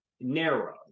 narrow